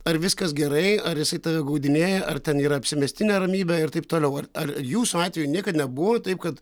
ar viskas gerai ar jisai tave apgaudinėja ar ten yra apsimestinė ramybė ir taip toliau ar ar jūsų atveju niekad nebuvo taip kad